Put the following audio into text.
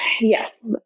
Yes